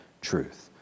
truth